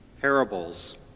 parables